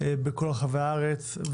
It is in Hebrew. בכל רחבי הארץ.